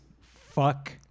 fuck